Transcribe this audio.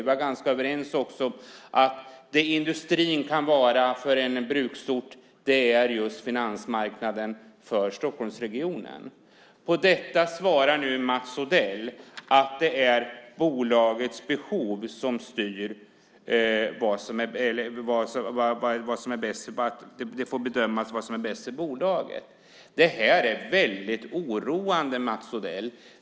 Vi var också ganska överens om att det industrin kan vara för en bruksort är finansmarknaden för Stockholmsregionen. På detta svarar nu Mats Odell att det är en fråga om vad som bedöms vara bäst för bolaget. Det här är väldigt oroande, Mats Odell.